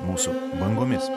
mūsų bangomis